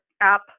app